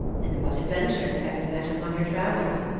and what adventures have ye met upon your travels?